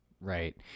Right